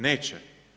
Neće.